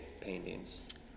paintings